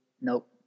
Nope